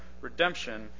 redemption